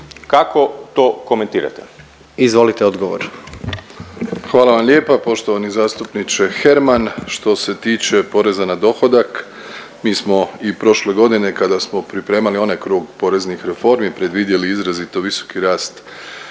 **Plenković, Andrej (HDZ)** Hvala vam lijepa poštovani zastupniče Herman. Što se tiče poreza na dohodak mi smo i prošle godine kada smo pripremali onaj krug poreznih reformi predvidjeli izrazito visoki rast